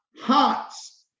hearts